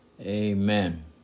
Amen